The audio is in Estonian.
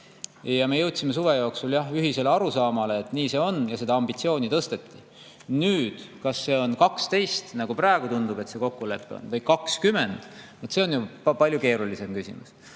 Me jõudsime suve jooksul ühisele arusaamale, et nii see on, ja seda ambitsiooni tõsteti. Nüüd, kas see on 12, nagu praegu tundub, et see kokkulepe on, või 20, on juba palju keerulisem küsimus.